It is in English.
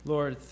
Lord